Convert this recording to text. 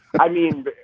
i mean,